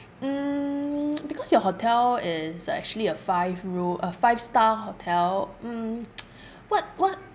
mm because your hotel is actually a five roo~ a five star hotel mm what what